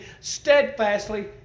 steadfastly